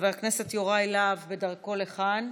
חבר הכנסת יוראי להב, בדרכו לכאן.